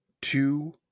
two